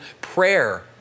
prayer